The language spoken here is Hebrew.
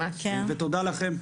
ותודה לכם.